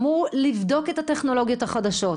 אמור לבדוק את הטכנולוגיות החדשות,